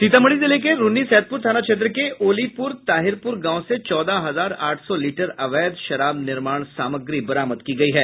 सीतामढ़ी जिले के रून्नीसैदपूर थाना क्षेत्र के ओलीपूर ताहिरपूर गांव से चौदह हजार आठ सौ लीटर अवैध शराब निर्माण सामग्री बरामद की गयी है